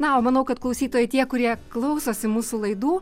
na o manau kad klausytojai tie kurie klausosi mūsų laidų